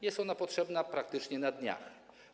Jest ona potrzebna praktycznie na dniach.